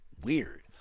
weird